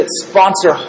sponsor